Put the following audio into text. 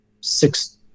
six